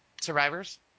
survivors